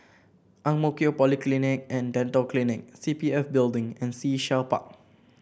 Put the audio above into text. Ang Mo Kio Polyclinic And Dental Clinic C P F Building and Sea Shell Park